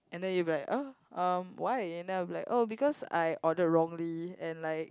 and then you'll be like uh um why and then I'm like oh because I order wrongly and like